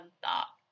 thought